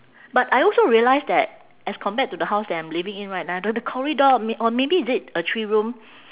but I also realise that as compared to the house that I'm living in right now the the corridor m~ or maybe is it a three room